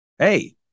hey